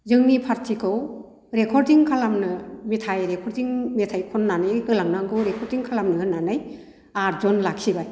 जोंनि फार्थिखौ रेकरदिं खालामनो मेथाइ रेकरदिं मेथाइ खननानै होलांनांगौ रेकरदिं खालामनो होननानै आथजन लाखिबाय